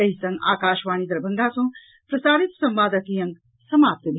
एहि संग आकाशवाणी दरभंगा सँ प्रसारित संवादक ई अंक समाप्त भेल